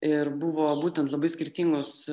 ir buvo būtent labai skirtingos